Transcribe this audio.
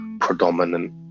predominant